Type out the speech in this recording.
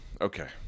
Okay